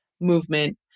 movement